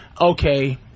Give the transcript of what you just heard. okay